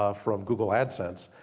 ah from google adsense.